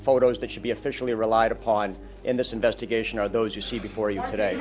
photos that should be officially relied upon in this investigation are those you see before you today